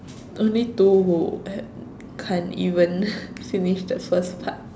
only two who uh can't even finish the first part